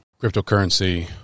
cryptocurrency